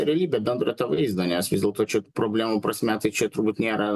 realybę bendrą tą vaizdą nes vis dėlto čia problemų prasme tai čia turbūt nėra